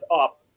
up